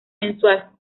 mensual